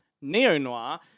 Neo-noir